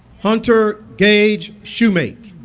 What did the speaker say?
hunter gauge shoemake